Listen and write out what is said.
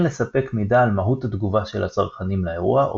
אין לספק מידע על מהות התגובה של הצרכנים לאירוע או